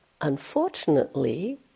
Unfortunately